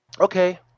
Okay